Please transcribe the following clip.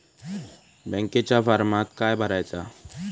बँकेच्या फारमात काय भरायचा?